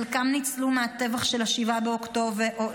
חלקם ניצלו מהטבח של 7 באוקטובר,